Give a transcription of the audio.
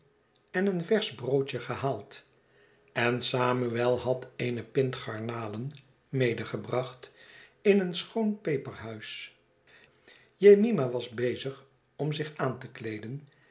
en een versch broodje gehaald en samuel had eene pint garnalen medegebracht in een schoon peperhuis jemima was bezig om zich aan te kleeden